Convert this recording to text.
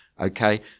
Okay